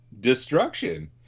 Destruction